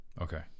Okay